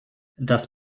das